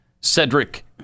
Cedric